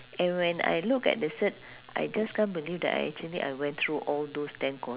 and when I look at the cert I just can't believe that I actually I went through all those ten cour~